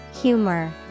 Humor